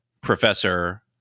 Professor